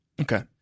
Okay